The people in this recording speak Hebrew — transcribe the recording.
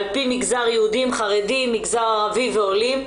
ע"פ מגזר יהודים, חרדים, מגזר ערבי ועולים.